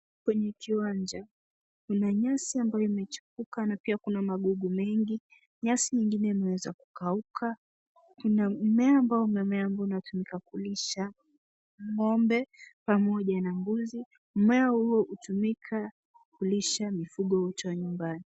Kwenye kiwanja kuna nyasi ambayo imechipuka na pia kuna magugu mengi, nyasi nyingine imeweza kukauka kuna mmea ambao umemea unatumika kulisha ng'ombe pamoja na mbuzi, mmea huo utumika kulisha mifugo uche nyumbani.